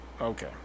Okay